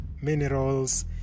minerals